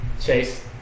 Chase